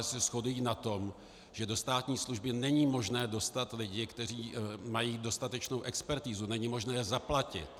se shodují na tom, že do státní služby není možné dostat lidi, kteří mají dostatečnou expertizu, není možné je zaplatit.